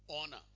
honor